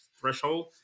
threshold